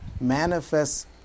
manifest